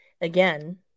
again